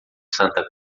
santa